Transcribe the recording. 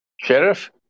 sheriff